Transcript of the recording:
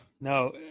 no